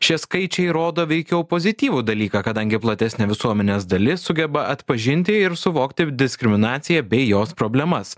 šie skaičiai rodo veikiau pozityvų dalyką kadangi platesnė visuomenės dalis sugeba atpažinti ir suvokti diskriminaciją bei jos problemas